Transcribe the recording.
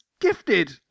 gifted